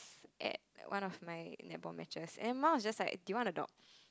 at one of my netball matches and my mum was just like do you want a dog